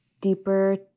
deeper